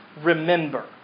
remember